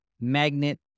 Magnet